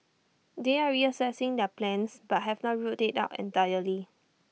they are reassessing their plans but have not ruled IT out entirely